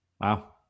Wow